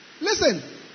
listen